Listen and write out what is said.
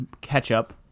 Ketchup